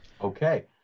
okay